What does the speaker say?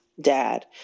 dad